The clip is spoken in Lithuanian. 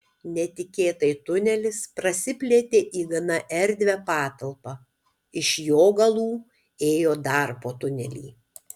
netikėtai tunelis prasiplėtė į gana erdvią patalpą iš jo galų ėjo dar po tunelį